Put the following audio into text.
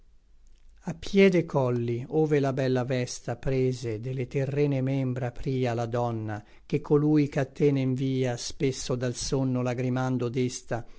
a pie de colli ove la bella vesta prese de le terrene membra pria la donna che colui ch'a te ne nvia spesso dal somno lagrimando desta